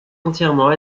entièrement